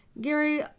Gary